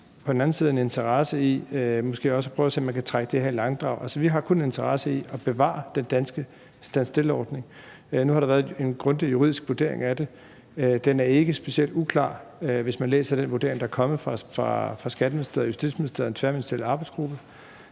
på den anden side har en interesse i at prøve at se, om man kan trække det her i langdrag. Vi har kun en interesse i at bevare den danske stand still-ordning. Nu har der været en grundig juridisk vurdering af det. Hvis man læser den vurdering, der er kommet fra Skatteministeriet og Justitsministeriet fra den tværministerielle arbejdsgruppe,